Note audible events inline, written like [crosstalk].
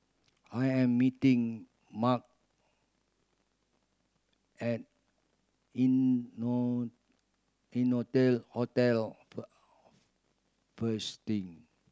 I am meeting Mark at [unintelligible] Innotel Hotel [unintelligible]